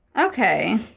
Okay